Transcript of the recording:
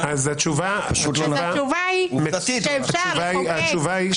הדבר הזה הוא מופרך בכל